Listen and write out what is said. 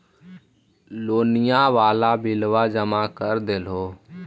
लोनिया वाला बिलवा जामा कर देलहो?